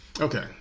Okay